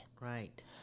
Right